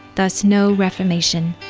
thus no reformation.